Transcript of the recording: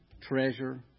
treasure